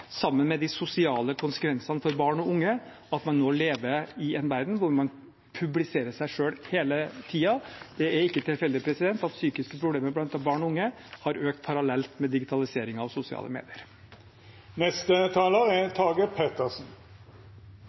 sammen med de sosiale konsekvensene for barn og unge av at man nå lever i en verden der man publiserer seg selv hele tiden. Det er ikke tilfeldig at psykiske problemer blant barn og unge har økt parallelt med digitaliseringen av sosiale medier.